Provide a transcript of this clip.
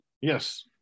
Yes